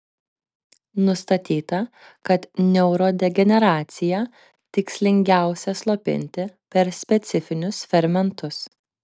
nustatyta kad neurodegeneraciją tikslingiausia slopinti per specifinius fermentus